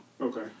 Okay